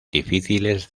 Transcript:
difíciles